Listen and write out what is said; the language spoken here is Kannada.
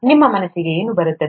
ನಿಮ್ಮ ಮನಸ್ಸಿಗೆ ಏನು ಬರುತ್ತದೆ